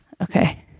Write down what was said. Okay